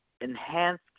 enhanced